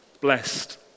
blessed